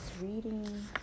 reading